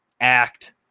Act